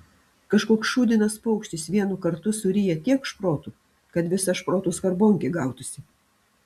kažkoks šūdinas paukštis vienu kartu suryja tiek šprotų kad visa šprotų skarbonkė gautųsi